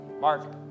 Mark